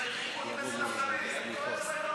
כנראה עשה שם רעש והמשטרה עצרה אותו.